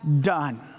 done